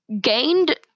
gained